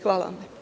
Hvala.